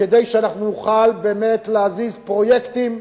כדי שנוכל להזיז פרויקטים.